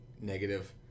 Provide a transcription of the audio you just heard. negative